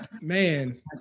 man